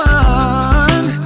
one